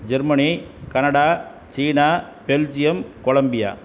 Germany Canada China Belgium Colombia